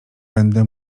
będę